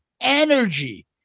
energy